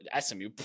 SMU